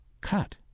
cut